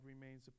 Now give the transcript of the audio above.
remains